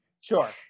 Sure